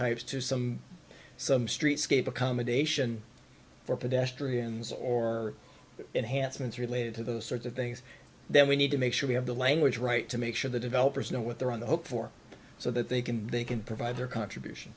types to some some streetscape accommodation for pedestrians or enhancements related to those sorts of things then we need to make sure we have the language right to make sure the developers know what they're on the hook for so that they can they can provide their contribution